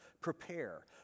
prepare